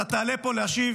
אתה תעלה פה להשיב